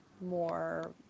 more